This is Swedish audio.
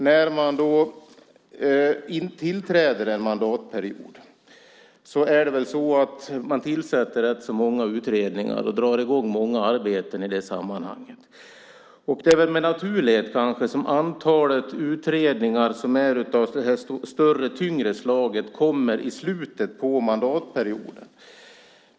När man tillträder en mandatperiod tillsätter man många utredningar och drar i gång många arbeten. Det är väl naturligt att de flesta utredningar av det större, tyngre slaget kommer i slutet på mandatperioden.